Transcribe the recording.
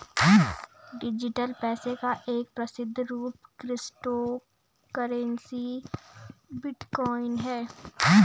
digital पैसे का एक प्रसिद्ध रूप क्रिप्टो करेंसी बिटकॉइन है